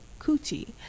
coochie